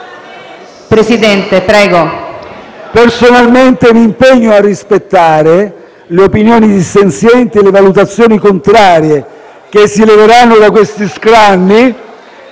dei ministri*. Personalmente mi impegno a rispettare le opinioni dissenzienti e le valutazioni contrarie che si leveranno da questi scranni